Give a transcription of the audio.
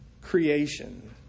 creation